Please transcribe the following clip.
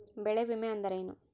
ಬೆಳೆ ವಿಮೆ ಅಂದರೇನು?